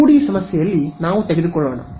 2 D ಸಮಸ್ಯೆಯಲ್ಲಿ ನಾವು ತೆಗೆದುಕೊಳ್ಳೋಣ